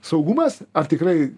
saugumas ar tikrai